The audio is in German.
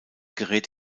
gerät